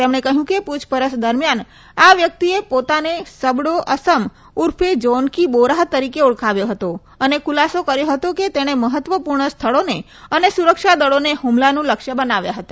તેમણે કહ્યું કે પ્રછપરછ દરમિયાન આ વ્યક્તિએ પોતાને સબડો અસમ ઉર્ફે જોનકી બોરાહ તરીકે ઓળખાવ્યો હતો અને ખુલાસો કર્યો હતો કે તેણે મહત્વપૂર્ણ સ્થળોને અને સુરક્ષાદળોને હ્રમલાનું લક્ષ્ય બનાવ્યા હતા